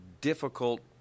difficult